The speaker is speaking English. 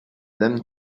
them